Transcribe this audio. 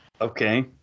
okay